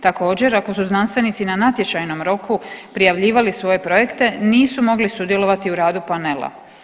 Također, ako su znanstvenici na natječajnom roku prijavljivali svoje projekte nisu mogli sudjelovati u radu panela.